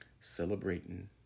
celebrating